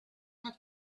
have